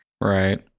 Right